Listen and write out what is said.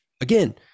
Again